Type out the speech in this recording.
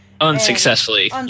Unsuccessfully